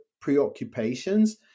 preoccupations